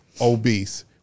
obese